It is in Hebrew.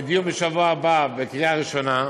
לדיון בשבוע הבא בקריאה ראשונה,